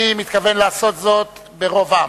אני מתכוון לעשות זאת ברוב עם